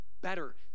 better